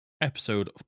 episode